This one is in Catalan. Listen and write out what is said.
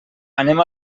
anem